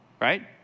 right